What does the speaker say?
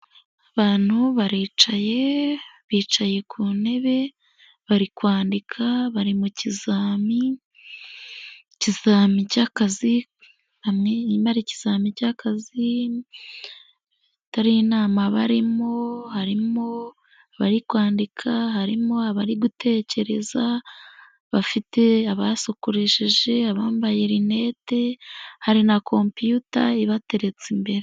Abantu baricaye bicaye ku ntebe bari kwandika bari mu kizami, ikizami cy'akazi, ntiba atari inama barimo, bari kwandika harimo abari gutekereza bafite abasokoresheje abambaye rinete hari na koputa bateretse imbere.